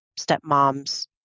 stepmoms